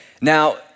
Now